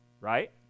right